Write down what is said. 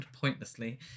pointlessly